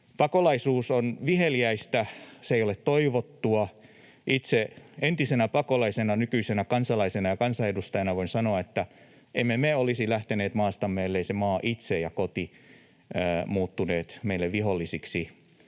Pakolaisuus on viheliäistä, se ei ole toivottua. Itse entisenä pakolaisena ja nykyisenä kansalaisena ja kansanedustajana voin sanoa, että emme me olisi lähteneet maastamme, elleivät se maa itse ja koti olisi muuttuneet meille vihollisiksi